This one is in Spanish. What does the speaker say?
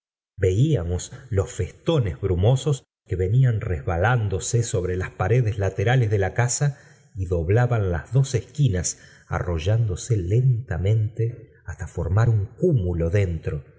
veíamos los festones brumosos que venían resbalándose sobre las paredes laterales de la casa y doblaban las dois esquinas arrollándose lentamente hasta formar un cúmulo dentro